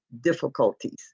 difficulties